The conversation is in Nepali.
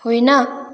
होइन